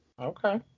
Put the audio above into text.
Okay